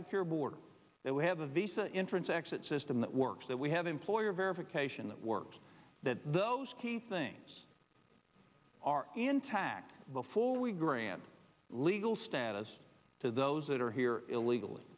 secure border that we have a visa inference exit system that works that we have employer verification that works that those key things are in tact before we grant legal status to those that are here illegally